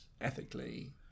ethically